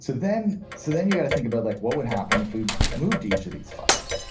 so then so then you gotta thing about like what would happen if we moved to each of these five?